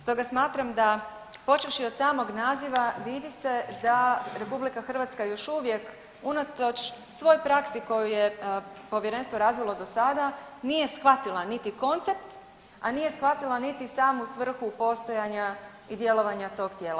Stoga smatram da, počevši od samog naziva vidi se da RH još uvijek, unatoč svoj praksi koju je Povjerenstvo razvilo do sada, nije shvatila niti koncept, a nije shvatila niti samu svrhu postojanja i djelovanja tog tijela.